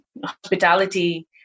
hospitality